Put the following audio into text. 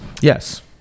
yes